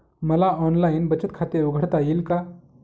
मला ऑनलाइन बचत खाते उघडता येईल का?